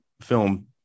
film